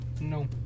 No